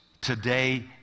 Today